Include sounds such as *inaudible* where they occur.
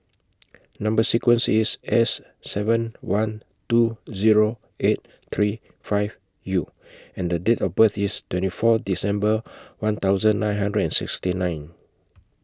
*noise* Number sequence IS S seven one two Zero eight three five U and The Date of birth IS twenty four December one thousand nine hundred and sixty nine